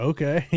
Okay